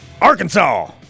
Arkansas